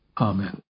Amen